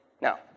Now